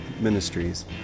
Ministries